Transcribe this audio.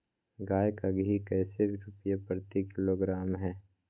गाय का घी कैसे रुपए प्रति किलोग्राम है?